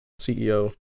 CEO